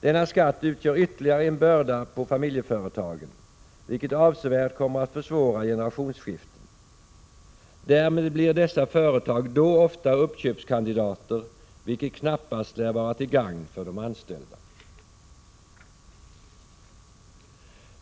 Denna skatt utgör ytterligare en börda på familjeföretagen, vilket avsevärt kommer att försvåra generationsskiften. Därmed blir dessa företag ofta uppköpskandidater, vilket knappast lär vara till gagn för de anställda.